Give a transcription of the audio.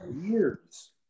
years